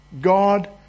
God